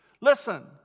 Listen